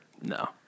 No